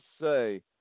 say